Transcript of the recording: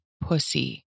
pussy